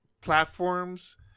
platforms